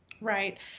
Right